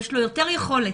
יש לו יותר יכולת.